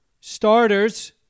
starters